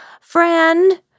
friend